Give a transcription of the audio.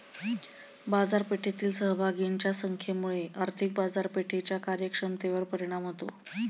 बाजारपेठेतील सहभागींच्या संख्येमुळे आर्थिक बाजारपेठेच्या कार्यक्षमतेवर परिणाम होतो